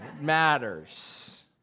matters